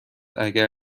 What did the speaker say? اگر